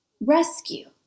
rescue